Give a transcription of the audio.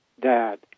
dad